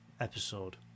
episode